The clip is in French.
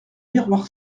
miroir